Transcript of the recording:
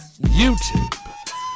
YouTube